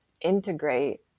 integrate